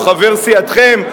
או חבר סיעתכם,